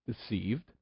deceived